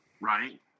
Right